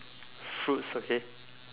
fruits okay